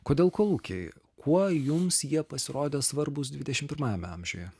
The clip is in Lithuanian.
kodėl kolūkiai kuo jums jie pasirodė svarbūs dvidešimt pirmajame amžiuje